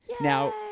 Now